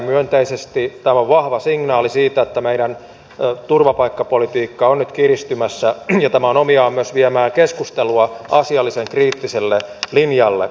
tällä on vahva signaali siitä että meidän turvapaikkapolitiikka on nyt kiristymässä ja tämä on omiaan myös viemään keskustelua asiallisen kriittiselle linjalle